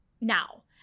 now